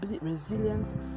resilience